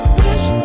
wish